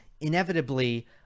inevitably